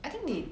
I think they